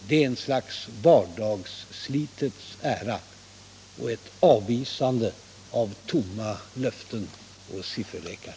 Det är ett slags vardagsslitets ära och ett avvisande av tomma löften och sifferlekar.